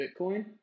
Bitcoin